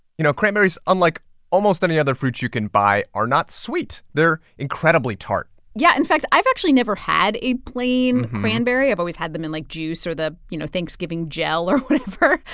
you know, cranberries, unlike almost any other fruit you can buy, are not sweet. they're incredibly tart yeah. in fact, i've actually never had a plain cranberry. i've always had them in, like, juice or the, you know, thanksgiving gel or whatever.